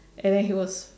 and then he was